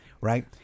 right